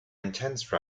intense